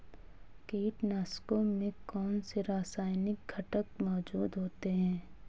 कीटनाशकों में कौनसे रासायनिक घटक मौजूद होते हैं?